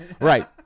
right